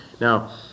Now